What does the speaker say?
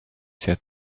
said